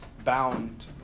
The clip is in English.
bound